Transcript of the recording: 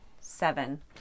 Seven